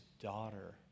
daughter